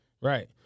Right